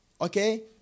Okay